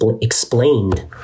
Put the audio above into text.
explained